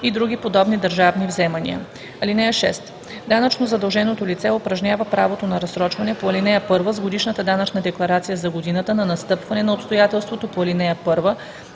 и други подобни държавни вземания. (6) Данъчно задълженото лице упражнява правото на разсрочване по ал. 1 с годишната данъчна декларация за годината на настъпване на обстоятелството по ал. 1,